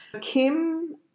Kim